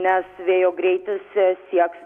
nes vėjo greitis sieks